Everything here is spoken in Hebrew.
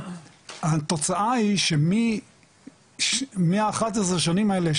והתוצאה היא שמה-11 שנים האלה,